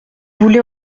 voulez